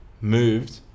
moved